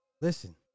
Listen